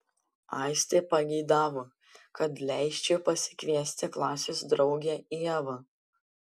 aistė pageidavo kad leisčiau pasikviesti klasės draugę ievą